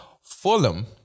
Fulham